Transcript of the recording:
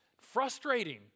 frustrating